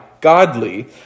godly